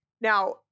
Now